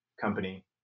Company